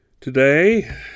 Today